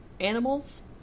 animals